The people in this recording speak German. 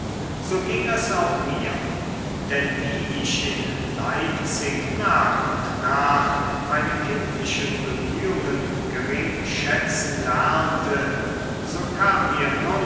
so ging es auch mir denn wie ich in leipzig nach und nach meine kindlichen bemühungen geringschätzen lernte so kam mir nun